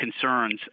concerns